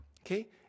Okay